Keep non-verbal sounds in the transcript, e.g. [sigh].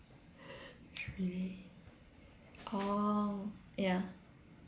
[noise] really orh ya